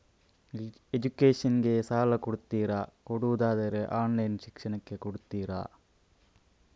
Education ಗೆ ಸಾಲ ಕೊಡ್ತೀರಾ, ಕೊಡುವುದಾದರೆ ಆನ್ಲೈನ್ ಶಿಕ್ಷಣಕ್ಕೆ ಕೊಡ್ತೀರಾ?